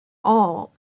all